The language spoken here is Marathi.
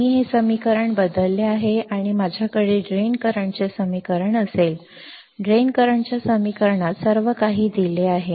मी हे समीकरण बदलले आहे आणि माझ्याकडे ड्रेन करंटचे समीकरण असेल ड्रेन करंटच्या समीकरणात सर्व काही दिले आहे